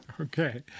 Okay